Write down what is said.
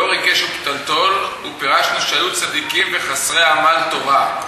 "דור עקש ופתלתל" ופירשנו שהיו צדיקים וחסידים ועמלי תורה,